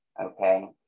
okay